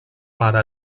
mare